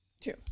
Two